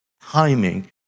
timing